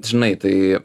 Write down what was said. žinai tai